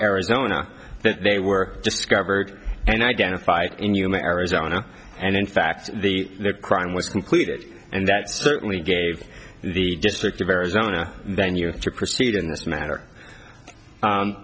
arizona that they were discovered and identified in yuma arizona and in fact the crime was concluded and that certainly gave the district of arizona venue